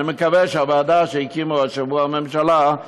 אני מקווה שהוועדה שהקימה השבוע הממשלה תיתן את הפתרון.